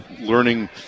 learning